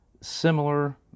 similar